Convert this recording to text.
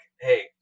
hey